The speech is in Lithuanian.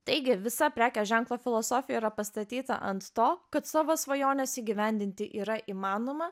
taigi visa prekės ženklo filosofija yra pastatyta ant to kad savo svajones įgyvendinti yra įmanoma